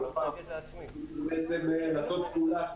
לעשות פעולה,